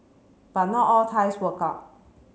but not all ties work out